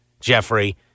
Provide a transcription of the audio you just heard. Jeffrey